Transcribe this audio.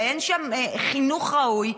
ואין שם חינוך ראוי,